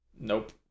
Nope